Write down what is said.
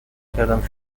کردم